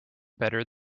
better